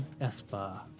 Espa